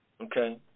Okay